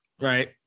Right